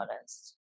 honest